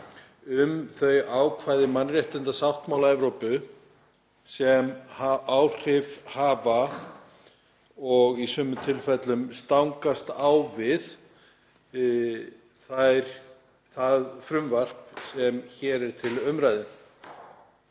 um þau ákvæði mannréttindasáttmála Evrópu sem hafa áhrif og í sumum tilfellum stangast á við það frumvarp sem hér er til umræðu.